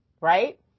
right